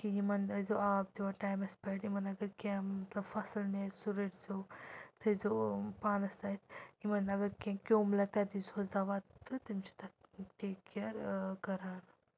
کہِ یِمن ٲسۍزیو آب دِوان ٹایمَس پٮ۪ٹھ یِمَن اگر کینٛہہ مطلب فَصٕل نیرِ سُہ رٔٹۍزیو تھٔیزیو پانَس اَتھِ یِمَن اگر کینٛہہ کیوٚم لَگہِ تَتھ دیٖزیوہَس دَوا تہٕ تِم چھِ تَتھ ٹیک کِیَر کَران